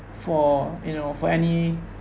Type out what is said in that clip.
for you know for any